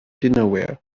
dinnerware